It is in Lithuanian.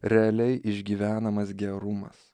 realiai išgyvenamas gerumas